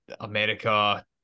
America